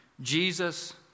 Jesus